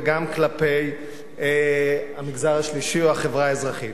וגם כלפי המגזר השלישי או החברה האזרחית.